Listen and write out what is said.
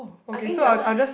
I think that one